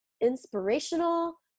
inspirational